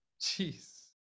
Jeez